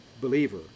believer